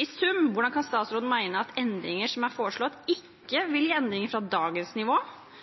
I sum: Hvordan kan statsråden mene at endringene som er foreslått, ikke vil gi endringer fra dagens nivå,